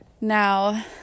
Now